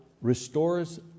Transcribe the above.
restores